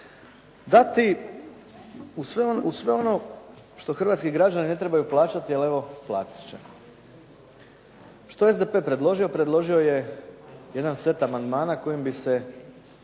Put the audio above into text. dati u sve ono što hrvatski građani ne trebaju plaćati, ali evo, platiti će. Što je SDP predložio? Predložio je jedan set amandmana kojim bi se